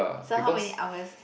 so how many hours